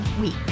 week